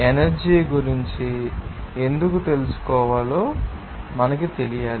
energy గురించి మనం ఎందుకు తెలుసుకోవాలో మీరు తెలుసుకోవాలి